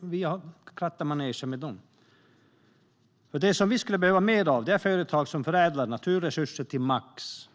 Vi har krattat manegen åt dem. Det som vi skulle behöva mer av är företag som förädlar naturresurser till max.